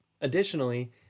Additionally